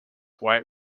white